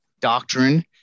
doctrine